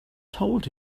told